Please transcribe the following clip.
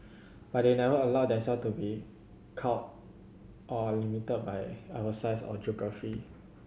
but they never allowed themselves to be cowed or limited by our size or geography